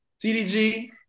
TDG